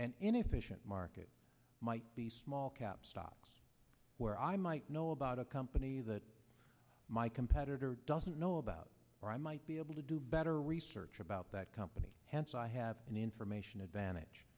and inefficient market might be small cap stocks where i might know about a company that my competitor doesn't know about where i might be able to do better research about that come me hence i have an information advantage